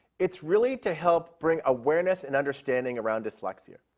it's really to help bring awareness and understanding around dyslexia.